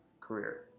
career